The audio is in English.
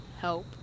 help